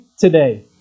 today